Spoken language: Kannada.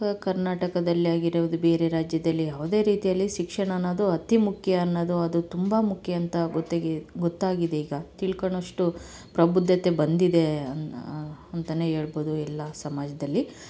ಕ ಕರ್ನಾಟಕದಲ್ಲಿ ಆಗಿರ್ಬೋದು ಬೇರೆ ರಾಜ್ಯದಲ್ಲಿ ಯಾವುದೇ ರೀತಿಯಲ್ಲಿ ಶಿಕ್ಷಣ ಅನ್ನೋದು ಅತಿ ಮುಖ್ಯ ಅನ್ನೋದು ಅದು ತುಂಬ ಮುಖ್ಯ ಅಂತ ಗೊತ್ತಾಗಿ ಗೊತ್ತಾಗಿದೆ ಈಗ ತಿಳ್ಕಳಷ್ಟು ಪ್ರಬುದ್ಧತೆ ಬಂದಿದೆ ಅಂತನೇ ಹೇಳ್ಬೋದು ಎಲ್ಲ ಸಮಾಜದಲ್ಲಿ